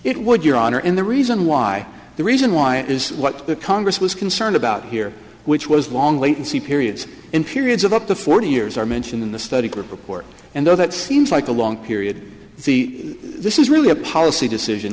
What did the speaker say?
it would your honor and the reason why the reason why is what the congress was concerned about here which was long latency periods in periods of up to forty years are mentioned in the study group report and though that seems like a long period the this is really a policy decision